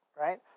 right